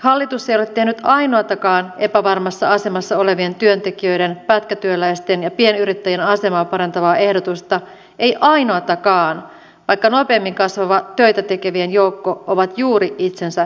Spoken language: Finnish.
hallitus ei ole tehnyt ainoatakaan epävarmassa asemassa olevien työntekijöiden pätkätyöläisten ja pienyrittäjien asemaa parantavaa ehdotusta ei ainoatakaan vaikka nopeimmin kasvava töitä tekevien joukko ovat juuri itsensä työllistäjät